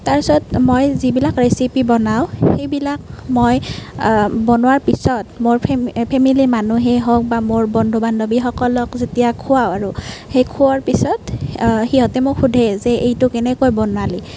তাৰপাছত মই যিবিলাক ৰেচিপি বনাওঁ সেইবিলাক মই বনোৱাৰ পিছত মোৰ ফে ফেমেলি মানুহেই হওঁক বা মোৰ বন্ধু বান্ধৱীসকলক যেতিয়া খোৱাওঁ আৰু সেই খোৱাৰ পিছত সিহঁতে মোক সুধে যে এইটো কেনেকৈ বনালি